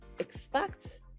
expect